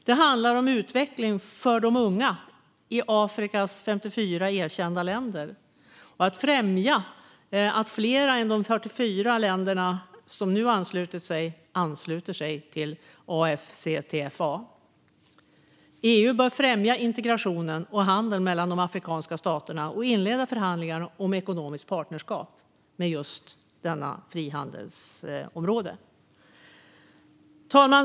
Det handlar om utveckling för de unga i Afrikas 54 erkända länder och att främja att fler ansluter sig till AFCTFA än de 44 länder som redan har gjort det. EU bör främja integrationen och handeln mellan de afrikanska staterna och inleda förhandlingar om ekonomiskt partnerskap med detta frihandelsområde. Fru talman!